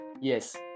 Yes